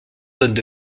donnent